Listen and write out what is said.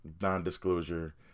non-disclosure